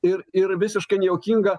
ir ir visiškai nejuokinga